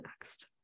next